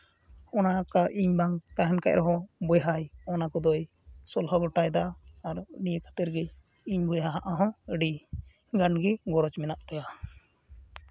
ᱚᱱᱟ ᱚᱝᱠᱟ ᱤᱧ ᱵᱟᱝ ᱛᱟᱦᱮᱱ ᱠᱷᱟᱱ ᱨᱮᱦᱚᱸ ᱵᱚᱭᱦᱟᱭ ᱚᱱᱟ ᱠᱚᱫᱚᱭ ᱥᱚᱞᱦᱟ ᱜᱚᱴᱟᱭᱫᱟ ᱟᱨ ᱱᱤᱭᱟᱹ ᱠᱷᱟᱹᱛᱤᱨ ᱜᱮ ᱤᱧ ᱵᱚᱭᱦᱟ ᱦᱟᱜ ᱦᱚᱸ ᱟᱹᱰᱤ ᱜᱟᱱ ᱜᱮ ᱜᱚᱨᱚᱡᱽ ᱢᱮᱱᱟᱜ ᱛᱟᱭᱟ